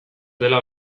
dela